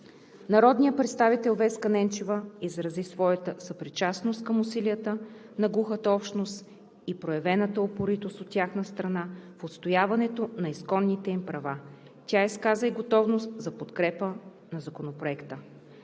Народният представител Веска Ненчева изрази своята съпричастност към усилията на глухата общност и проявената упоритост от тяхна страна в отстояването на изконните им права. Тя изказа и готовност за подкрепа на Законопроекта.